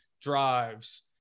drives